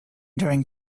during